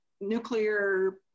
nuclear